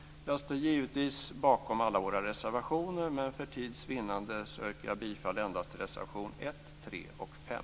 Jag står givetvis bakom alla våra reservationer, men för tids vinnande yrkar jag bifall endast till reservationerna 1, 3 och 5.